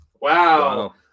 wow